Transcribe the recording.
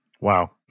Wow